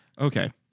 Okay